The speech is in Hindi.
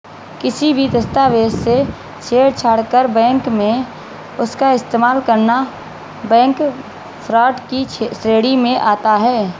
किसी भी दस्तावेज से छेड़छाड़ कर बैंक में उसका इस्तेमाल करना बैंक फ्रॉड की श्रेणी में आता है